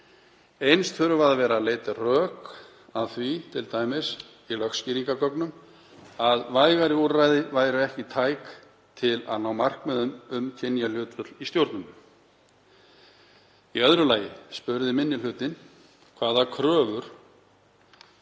Eins [þurfa] að vera leidd rök að því (t.d. í lögskýringargögnum) að vægari úrræði væru ekki tæk til að ná markmiðinu um kynjahlutföll í stjórnum.“ Í öðru lagi spurði minni hlutinn hvaða kröfur